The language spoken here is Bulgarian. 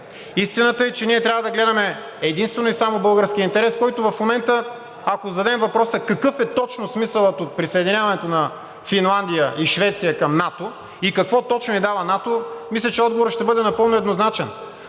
Истината е, че ние трябва да гледаме единствено и само българския интерес, който в момента, ако им зададем въпроса: „Какъв е точно смисълът от присъединяването на Финландия и Швеция към НАТО и какво точно е дала НАТО?“, мисля, че отговорът ще бъде напълно еднозначен: